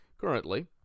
Currently